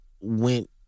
went